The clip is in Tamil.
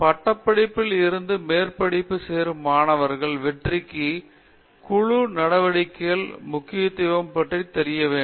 பட்டப்படிப்பில் இருந்து மேற்பட்டிப்பு சேரும் மாணவர்களிடம் வெற்றிக்கு குழு நடவடிக்கைகள் முக்கியத்துவம் பற்றி தெரிய வேண்டும்